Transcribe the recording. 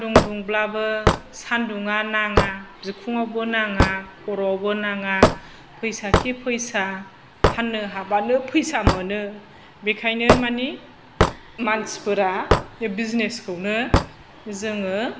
सान्दुं दुंब्लाबो सानदुंआ नाङा बिखुङावबो नाङा खर'आवबो नाङा फैसा खि फैसा फाननो हाबानो फैसा मोनो बेखायनो मानि मानसिफोरा बे बिजिनेसखौनो जोङो